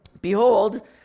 behold